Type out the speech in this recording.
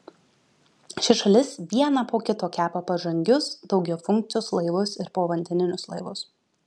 ši šalis vieną po kito kepa pažangius daugiafunkcius laivus ir povandeninius laivus